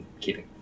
keeping